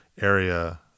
area